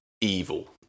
evil